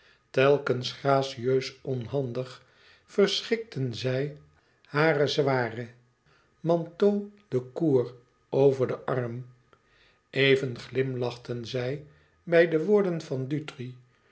telkens gracieus onhandig verschikten zij hare zware manteaux de cour over den arm even glimlachten zij bij de woorden van dutri